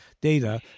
data